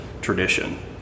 tradition